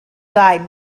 died